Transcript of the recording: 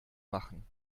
machen